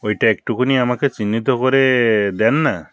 ওইটা একটুকুনি আমাকে চিহ্নিত করে দেন না